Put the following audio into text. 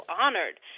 honored